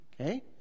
okay